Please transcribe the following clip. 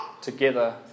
together